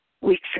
weeks